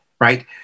right